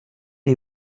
des